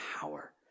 power